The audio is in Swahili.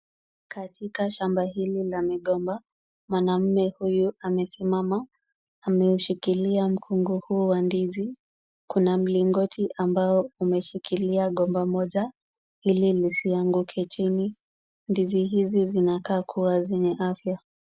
Katika shamba hili la migomba, mwanaume huyu amesimama ameushikilia mkungu huu wa ndizi. Kuna mlingoti ambao umeshikilia gomba moja ili lisianguke chini. Ndizi hizi zinakaa kuwa zenye afya.